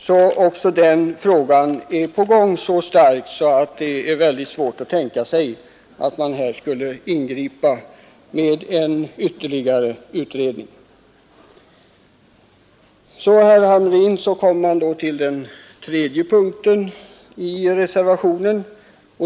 Det arbetas alltså även med dessa frågor så starkt att det är mycket svårt att tänka sig att man här skulle ingripa med en ytterligare utredning. Vi kommer så, herr Hamrin, till den tredje punkten i reservationen.